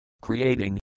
Creating